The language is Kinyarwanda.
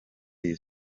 iyi